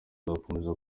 nzakomeza